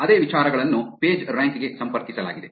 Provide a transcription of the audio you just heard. ಅದೇ ವಿಚಾರಗಳನ್ನು ಪೇಜ್ರ್ಯಾಂಕ್ ಗೆ ಸಂಪರ್ಕಿಸಲಾಗಿದೆ